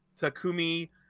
Takumi